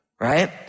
right